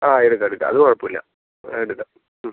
ആ എടുക്കാം എടുക്കാം അതുകുഴപ്പമില്ല ആ എടുക്കാം മ്